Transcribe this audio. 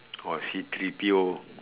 or C three P_O